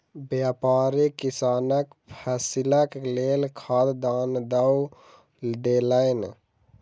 व्यापारी किसानक फसीलक लेल खाद दान दअ देलैन